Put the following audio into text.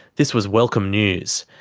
this was welcome news.